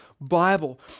Bible